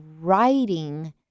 writing